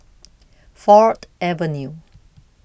Ford Avenue